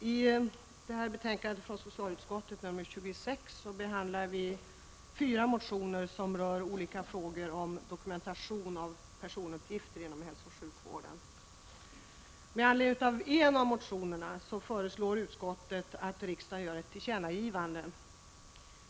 Fru talman! I betänkande 26 från socialutskottet behandlas fyra motioner som rör olika frågor om dokumentation av personuppgifter inom hälsooch sjukvården. Med anledning av en av motionerna föreslår utskottet att riksdagen gör ett tillkännagivande.